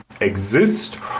exist